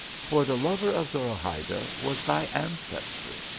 for the lover of zorahayda was thy an cestor.